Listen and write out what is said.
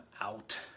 out